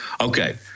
okay